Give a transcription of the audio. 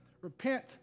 repent